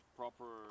proper